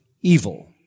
evil